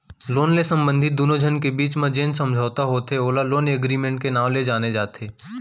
loan ले संबंधित दुनो झन मन के बीच म जेन समझौता होथे ओला लोन एगरिमेंट के नांव ले जाने जाथे